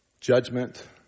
Judgment